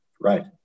Right